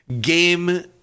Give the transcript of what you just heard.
game